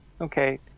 Okay